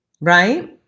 right